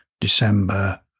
December